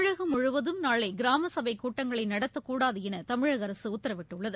தமிழகம் முழுவதும் நாளை கிராம சபை கூட்டங்களை நடத்தக்கூடாது என தமிழக அரசு உத்தரவிட்டுள்ளது